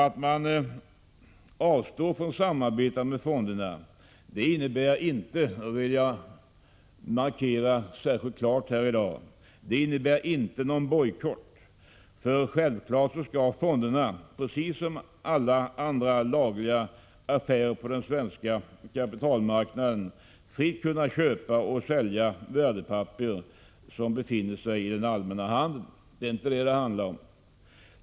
Att man avstår från att samarbeta med fonderna innebär inte någon bojkott — det vill jag markera särskilt klart här i dag. Självfallet skall fonderna, precis som alla andra som gör lagliga affärer på den svenska kapitalmarknaden, fritt kunna köpa och sälja värdepapper som befinner sig i den allmänna handeln — det är inte det som det handlar om.